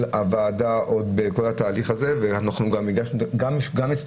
הוועדה בכל התהליך הזה ואנחנו גם הצטרפנו.